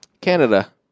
Canada